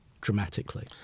dramatically